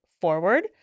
forward